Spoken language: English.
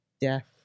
Death